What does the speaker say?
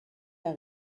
der